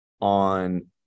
on